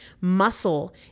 Muscle